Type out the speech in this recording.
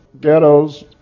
ghettos